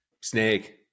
snake